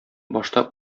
башта